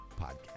podcast